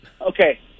Okay